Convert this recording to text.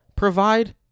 Provide